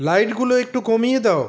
লাইটগুলো একটু কমিয়ে দাও